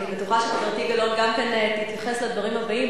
אני בטוחה שחברתי גלאון גם כן תתייחס לדברים הבאים.